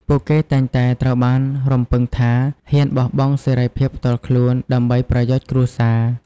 ពួកគេតែងតែត្រូវបានរំពឹងថា ហ៊ានបោះបង់សេរីភាពផ្ទាល់ខ្លួន ដើម្បីប្រយោជន៍គ្រួសារ។